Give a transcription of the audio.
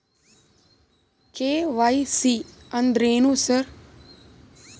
KYC ಅಂದ್ರೇನು sir?